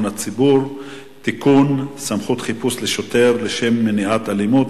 הציבור (תיקון) (סמכות חיפוש לשוטר לשם מניעת אלימות),